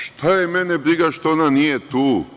Šta je mene briga što ona nije tu.